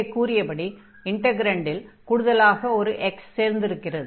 மேலே கூறியபடி இன்டக்ரன்டில் கூடுதலாக ஒரு 'x சேர்ந்திருக்கிறது